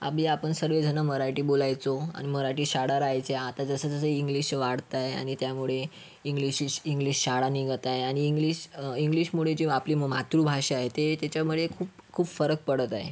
आधी आपण सर्व जण मराठी बोलायचो आणि मराठी शाळा रहायच्या आता जसं जसं इंग्लिश वाढतं आहे आणि त्यामुळे इंग्लिशची इंग्लिश शाळा निघत आहे आणि इंग्लिश इंग्लिशमुळे जे आपली मातृभाषा आहे ते त्याच्यामुळे खूप खूप फरक पडत आहे